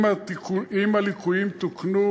אם הליקויים תוקנו,